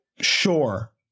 Sure